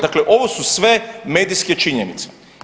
Dakle, ovo su sve medijske činjenice.